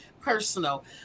personal